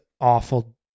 awful